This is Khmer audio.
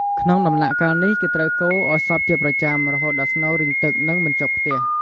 ក្នុងដំណាក់កាលនេះ គេត្រូវកូរឲ្យសព្វជាប្រចាំ រហូតដល់ស្នូលរីងទឹក និងមិនជាប់ខ្ទះ។